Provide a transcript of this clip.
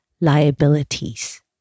liabilities